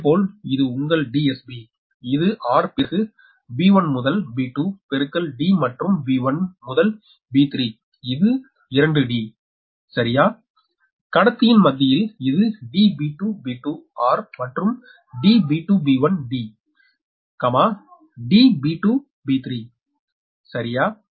அதேபோல் இது உங்கள் DSB இது r பிறகு b1 முதல் b2 பெருக்கல் d மற்றும் b1 முதல் b3 இது 2 d சரியா கடத்தியின் மத்தியில் இது db2b2 r மற்றும் db2b1d db2b3 சரியா